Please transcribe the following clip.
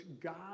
God